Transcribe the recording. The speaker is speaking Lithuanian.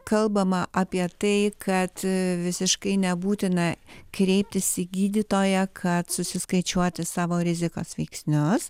kalbama apie tai kad visiškai nebūtina kreiptis į gydytoją kad susiskaičiuoti savo rizikos veiksnius